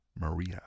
Maria